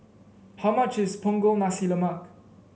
how much is Punggol Nasi Lemak